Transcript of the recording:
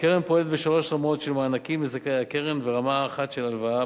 הקרן פועלת בשלוש רמות של מענקים לזכאי הקרן ורמה אחת של הלוואה,